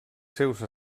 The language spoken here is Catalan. seus